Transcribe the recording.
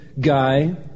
guy